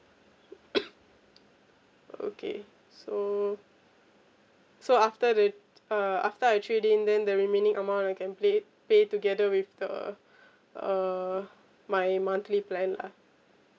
okay so so after the uh after I trade in then the remaining amount I can pay pay together with the uh my monthly plan lah